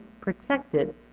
protected